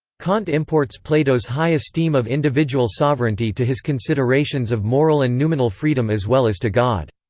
kant imports plato's high esteem of individual sovereignty to his considerations of moral and noumenal freedom as well as to god.